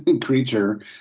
creature